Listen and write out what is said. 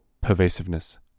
pervasiveness